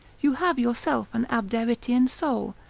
you have yourself an abderitian soul.